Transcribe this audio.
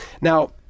Now